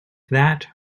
that